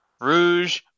Rouge